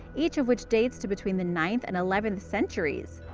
each of which dates to between the ninth and eleventh centuries!